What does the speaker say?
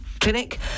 clinic